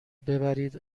ببرید